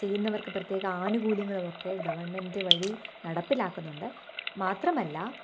ചെയ്യുന്നവർക്ക് പ്രത്യേക ആനുകൂല്യങ്ങളുമൊക്കെ ഗവണ്മെൻറ്റ് വഴി നടപ്പിലാക്കുന്നുണ്ട് മാത്രമല്ല